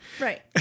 Right